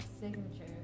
signature